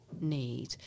need